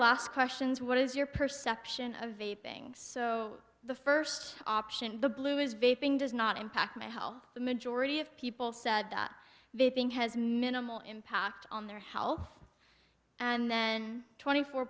last questions what is your perception of a ping so the first option the blue is vague does not impact my health the majority of people said that they think has minimal impact on their health and then twenty four